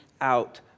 out